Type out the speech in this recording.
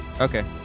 Okay